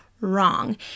Wrong